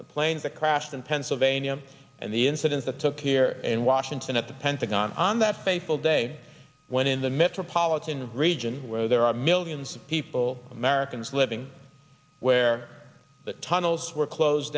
the plane that crashed in pennsylvania and the incident that took here and washington at the pentagon on that fateful day when in the metropolitan region where there are millions of people will americans living where the tunnels were closed